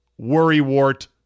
worrywart